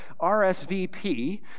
RSVP